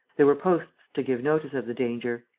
there were posts to give notice of the danger.